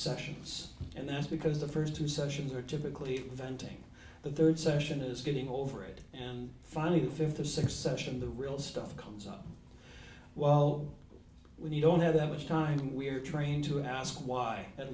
sessions and that's because the first two sessions are typically venting the third session is getting over it and finally the fifth or succession the real stuff comes up well when you don't have that much time and we're trained to ask why at